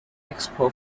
expo